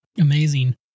Amazing